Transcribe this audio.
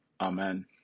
Amen